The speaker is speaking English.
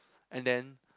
and then